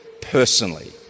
personally